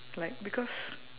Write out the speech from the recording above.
like because